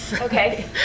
Okay